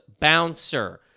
bouncer